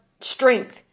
strength